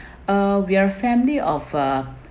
uh we're family of uh